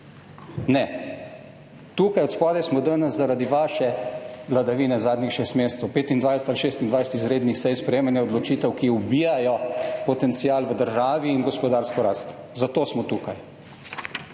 Ne. Tukaj spodaj smo danes zaradi vaše vladavine zadnjih šestih mesecev, 25 ali 26 izrednih sej, sprejemanja odločitev, ki ubijajo potencial v državi in gospodarsko rast. Zato smo tukaj.